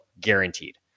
guaranteed